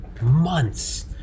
Months